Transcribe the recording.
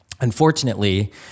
Unfortunately